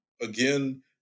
again